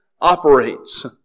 Operates